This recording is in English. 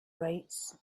rights